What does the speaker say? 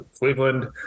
Cleveland